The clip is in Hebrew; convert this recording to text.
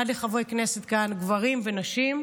עד לחברי כנסת כאן, גברים ונשים.